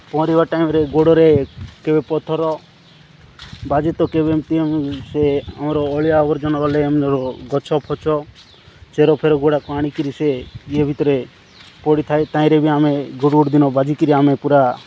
ପହଁରିବା ଟାଇମ୍ରେ ଗୋଡ଼ରେ କେବେ ପଥର ବାଜେ ତ କେବେ ଏମିତି ସେ ଆମର ଅଳିଆ ଆବର୍ଜନ ଗଲେ ଗଛ ଫଛ ଚେର ଫେରଗୁଡ଼ାକ ଆଣିକିରି ସେ ଇଏ ଭିତରେ ପଡ଼ିଥାଏ ତାହିଁରେ ବି ଆମେ ଗୋଟେ ଗୋଟେ ଦିନ ବାଜିକିରି ଆମେ ପୁରା